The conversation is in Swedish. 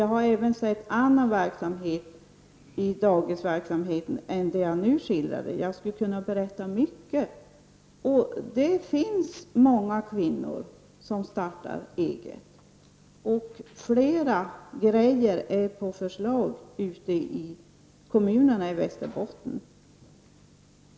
Jag har även sett annan verksamhet inom dagisverksamheten än den jag nu skildrade. Jag skulle kunna berätta mycket. Det finns många kvinnor som startar eget. Flera projekt är på förslag i kommunerna i Västerbotten.